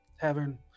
tavern